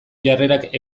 jarrerak